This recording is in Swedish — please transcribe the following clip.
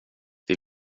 det